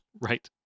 Right